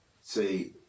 say